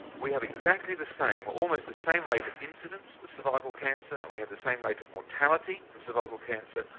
we have exactly the same, almost the same rate of incidence of cervical cancer and we have the same rate of mortality in cervical cancer.